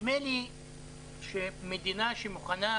נדמה לי שמדינה שמוכנה